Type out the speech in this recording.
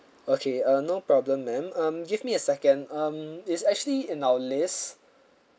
okay uh no problem ma'am um give me a second um it's actually in our list